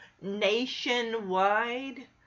nationwide